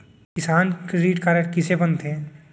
किसान credit card कइसे बनथे?